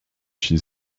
she